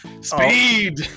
speed